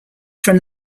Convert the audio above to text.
from